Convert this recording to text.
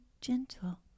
gentle